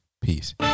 Peace